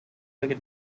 public